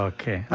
Okay